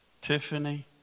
Tiffany